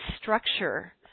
structure